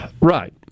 Right